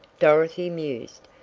dorothy mused.